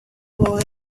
boy